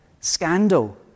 scandal